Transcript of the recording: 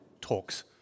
talks